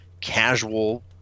casual